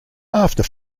after